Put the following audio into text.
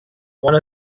one